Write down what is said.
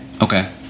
Okay